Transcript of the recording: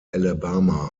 alabama